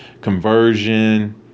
conversion